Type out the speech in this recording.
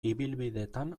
ibilbidetan